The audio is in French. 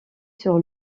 sur